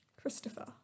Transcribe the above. christopher